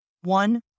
one